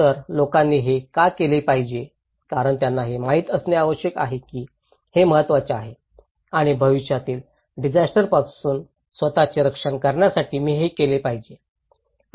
तर लोकांनी हे का केले पाहिजे कारण त्यांना हे माहित असणे आवश्यक आहे की हे महत्त्वाचे आहे आणि भविष्यातील डिजास्टरंपासून स्वतःचे रक्षण करण्यासाठी मी हे केले पाहिजे